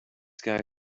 guy